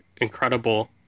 incredible